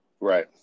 Right